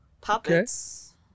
Puppets